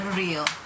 real